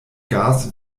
gas